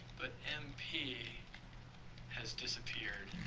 but mp has disappeared.